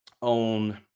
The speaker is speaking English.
on